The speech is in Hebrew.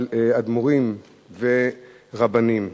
אבל אדמו"רים ורבנים,